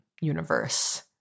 universe